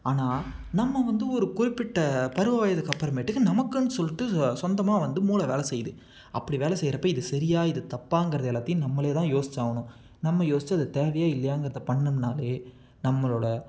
ஆனால் நம்ம வந்து ஒரு குறிப்பிட்ட பருவ வயதுக்கு அப்புறமேட்டுக்கு நமக்குன்னு சொல்லிட்டு சொந்தமாக வந்து மூளை வேலை செய்யிது அப்படி வேலை செய்கிறப்ப இது சரியா இது தப்பாங்கிறது எல்லாத்தியும் நம்மளேதான் யோசிச்சாகணும் நம்ம யோசிச்சு அது தேவையா இல்லையாங்குறத பண்ணோம்ன்னாலே நம்மளோட